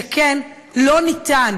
שכן אי-אפשר,